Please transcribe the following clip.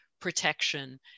protection